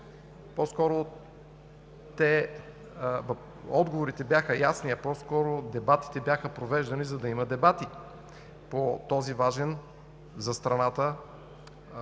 от тях, отговорите бяха ясни. По скоро бяха провеждани, за да има дебати по този важен за страната